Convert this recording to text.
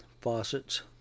faucets